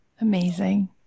amazing